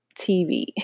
TV